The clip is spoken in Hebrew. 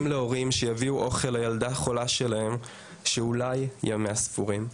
להורים שיביאו אוכל לילדה החולה שלהם שאולי ימיה ספורים.